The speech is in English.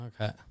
Okay